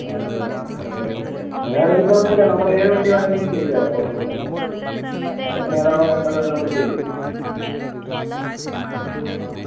ആണല്ലേ okay okay അങ്ങനെയാണെങ്കിൽ കുഴപ്പമില്ല നമ്മൾ ഏത് വണ്ടി വേണമെങ്കിലും ചെയ്തെരാം കുഴപ്പമില്ല മാഡത്തിന് ഏതാണോ വേണ്ടത് അത് നമ്മൾ ചെയ്തരും ആ